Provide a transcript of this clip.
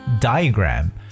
Diagram